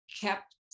kept